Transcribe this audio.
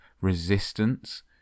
resistance